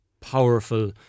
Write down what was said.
powerful